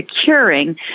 securing